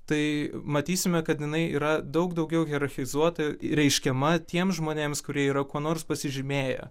tai matysime kad jinai yra daug daugiau hierarchizuota reiškiama tiems žmonėms kurie yra kuo nors pasižymėję